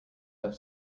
have